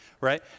Right